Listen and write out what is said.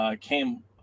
came